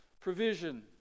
Provision